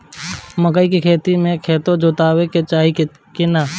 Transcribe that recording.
मकई के खेती मे खेत जोतावे के चाही किना?